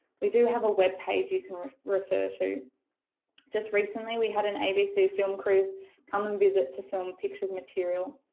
we do have a webpage you can refer refer to just recently we had an abc film crew come and visit to film pictures material.